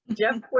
Jeff